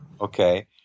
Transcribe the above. Okay